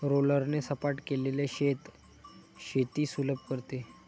रोलरने सपाट केलेले शेत शेती सुलभ करते